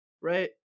right